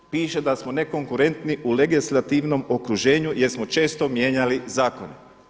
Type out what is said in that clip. Piše da smo nekonkurentni u legislativnom okruženju jer smo često mijenjali zakone.